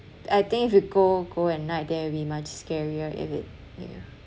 I think if you go go at night there would be much scarier if it you know